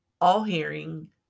all-hearing